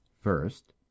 First